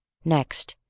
next,